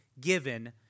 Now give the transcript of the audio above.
given